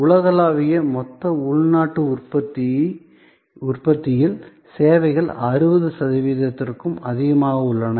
உலகளாவிய மொத்த உள்நாட்டு உற்பத்தியில் சேவைகள் 60 சதவிகிதத்திற்கும் அதிகமாக உள்ளன